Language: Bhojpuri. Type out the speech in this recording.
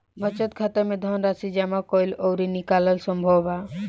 बचत खाता में धनराशि जामा कईल अउरी निकालल संभव बा